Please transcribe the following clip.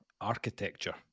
architecture